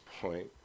point